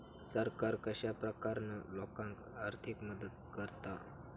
सरकार कश्या प्रकारान लोकांक आर्थिक मदत करता?